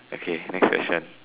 okay next question